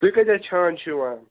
تُہۍ کٲتیٛاہ چھان چھُو یِوان